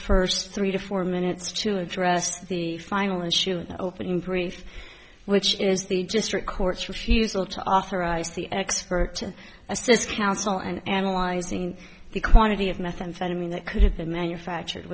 first three to four minutes to address the final and soon opening brief which is the district court's refusal to authorize the expert to assist counsel and analyzing the quantity of methamphetamine that could have been manufactured